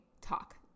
talk